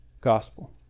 gospel